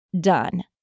done